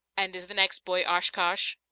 and is the next boy oshkosh?